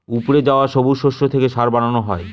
উপড়ে যাওয়া সবুজ শস্য থেকে সার বানানো হয়